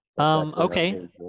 Okay